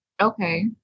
Okay